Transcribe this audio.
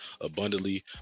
abundantly